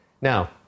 now